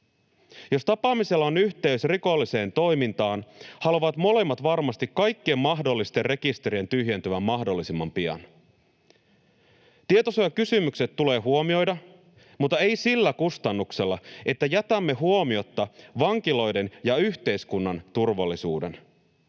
Jos tapaamisella on yhteys rikolliseen toimintaan, haluavat molemmat varmasti kaikkien mahdollisten rekisterien tyhjentyvän mahdollisimman pian. Tietosuojakysymykset tulee huomioida, mutta ei sillä kustannuksella, että jätämme huomiotta vankiloiden ja yhteiskunnan turvallisuuden.